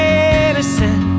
innocent